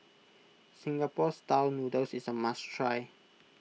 Singapore Style Noodles is a must try